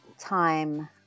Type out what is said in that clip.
time